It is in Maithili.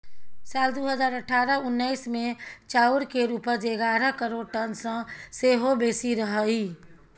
साल दु हजार अठारह उन्नैस मे चाउर केर उपज एगारह करोड़ टन सँ सेहो बेसी रहइ